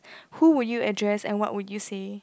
who will you address and what would you say